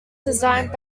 designed